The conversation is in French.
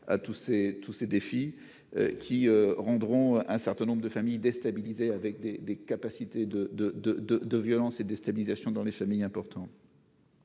tous ces défis qui rendront un certain nombre de familles déstabiliser avec des des capacités de, de, de, de, de violence et déstabilisation dans les familles important.